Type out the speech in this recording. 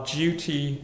duty